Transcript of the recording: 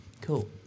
Cool